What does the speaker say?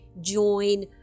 join